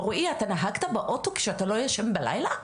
שלמה, לדוגמה, אמר שהוא לא ישן בלילה.